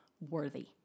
worthy